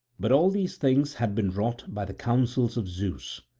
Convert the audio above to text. but all these things had been wrought by the counsels of zeus.